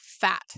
fat